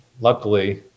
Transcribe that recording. Luckily